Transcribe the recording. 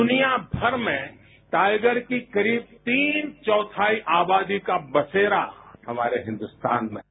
दुनिया भर में टाइगर की करीब तीन चौथाई आबादी का बसेरा हमारे हिंदुस्तान में है